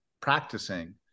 practicing